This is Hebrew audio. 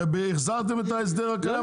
הרי החזרתם את ההסדר הקיים,